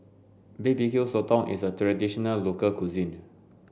Barbecue Sotong is a traditional local cuisine